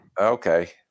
Okay